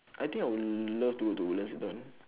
I think I would love to go to woodlands later on